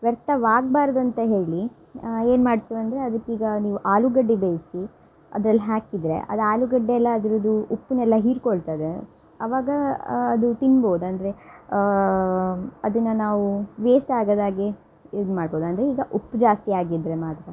ವ್ಯರ್ಥವಾಗಬಾರ್ದು ಅಂತ ಹೇಳಿ ಏನು ಮಾಡ್ತೀವಿ ಅಂದರೆ ಅದಕ್ಕೀಗ ನೀವು ಆಲೂಗಡ್ಡೆ ಬೇಯಿಸಿ ಅದ್ರಲ್ಲಿ ಹಾಕಿದರೆ ಅದು ಆಲುಗಡ್ಡೆ ಎಲ್ಲಾ ಅದರದ್ದು ಉಪ್ಪನ್ನೆಲ್ಲ ಹೀರಿಕೊಳ್ತದೆ ಆವಾಗ ಅದು ತಿನ್ಬೋದು ಅಂದರೆ ಅದನ್ನು ನಾವು ವೇಸ್ಟ್ ಆಗದ ಹಾಗೆ ಇದು ಮಾಡ್ಬೋದು ಅಂದರೆ ಈಗ ಉಪ್ಪು ಜಾಸ್ತಿ ಆಗಿದ್ರೆ ಮಾತ್ರ